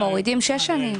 מורידים שש שנים.